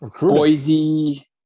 Boise